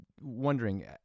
wondering